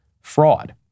fraud